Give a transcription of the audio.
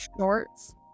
shorts